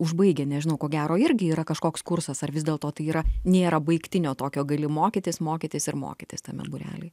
užbaigia nežinau ko gero irgi yra kažkoks kursas ar vis dėlto tai yra nėra baigtinio tokio gali mokytis mokytis ir mokytis tame būrely